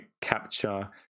capture